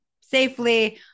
safely